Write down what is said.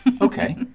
Okay